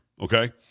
Okay